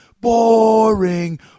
boring